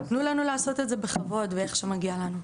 תנו לנו לעשות את זה בכבוד ואיך שמגיע לנו.